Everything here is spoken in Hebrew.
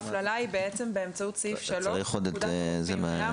ההפללה היא באמצעות סעיף 3 לפקודת הרופאים.